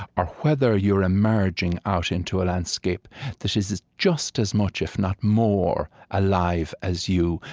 or whether you are emerging out into a landscape that is is just as much, if not more, alive as you,